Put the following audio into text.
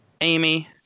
Amy